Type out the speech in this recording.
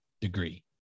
degree